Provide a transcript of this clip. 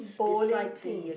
bowling pins